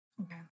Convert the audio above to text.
Okay